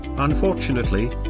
Unfortunately